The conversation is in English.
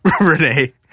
Renee